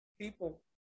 people